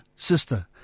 Sister